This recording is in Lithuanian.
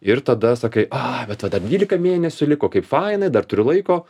ir tada sakai a bet va dar dvylika mėnesių liko kaip fainai dar turiu laiko